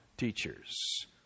teachers